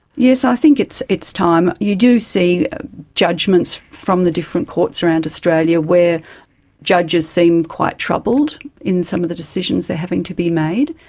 yes, i think it's it's time. you do see judgments from the different courts around australia where judges seem quite troubled in some of the decisions that are having to be made,